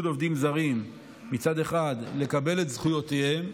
עובדים זרים מצד אחד לקבל את זכויותיהם,